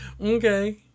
Okay